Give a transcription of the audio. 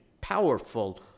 powerful